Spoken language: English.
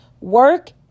work